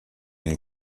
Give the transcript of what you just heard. une